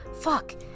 fuck